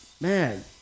man